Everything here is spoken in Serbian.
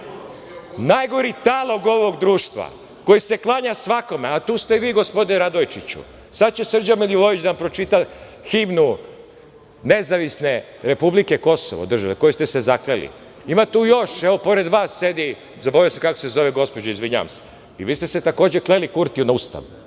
Najgori talog ovog društva koji se klanja svakome, a tu ste i vi, gospodine Radojčiću. Sad će Srđan Milivojević da vam pročita himnu nezavisne republike Kosovo kojoj ste se zakleli. Imate tu još, evo pored vas sedi, zaboravio sam kako se zove gospođa, izvinjavam se, i vi ste se takođe kleli Kurtiju na ustav.